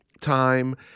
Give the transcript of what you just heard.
time